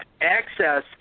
access